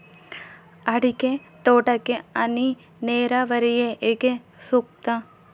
ಅಡಿಕೆ ತೋಟಕ್ಕೆ ಹನಿ ನೇರಾವರಿಯೇ ಏಕೆ ಸೂಕ್ತ?